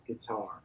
guitar